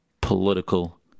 political